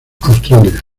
australia